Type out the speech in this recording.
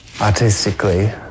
artistically